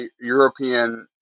European